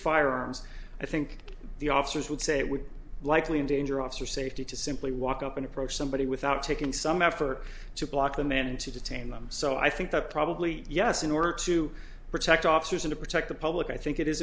firearms i think the officers would say would likely endanger officer safety to simply walk up and approach somebody without taking some effort to block them and to detain them so i think that probably yes in order to protect officers or to protect the public i think it is